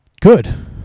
good